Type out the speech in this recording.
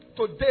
Today